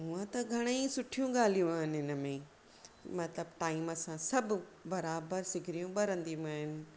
हूअं त घणेई सुठियूं ॻाल्हियूं आहिनि हिन में मतिलबु टाइम सां सभु बराबरि सिगरीयूं भरंदियूं आहिनि